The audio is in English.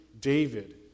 David